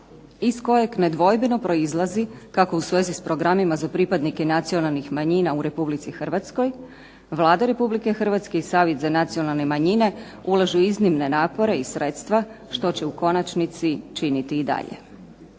iz kojeg nedvojbeno proizlazi kako u svezi s programima za pripadnike nacionalnih manjina u Republici Hrvatskoj Vlada Republike Hrvatske i Savjet za nacionalne manjine ulažu iznimne napore i sredstva što će u konačnici činiti i dalje.